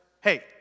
hey